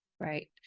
Right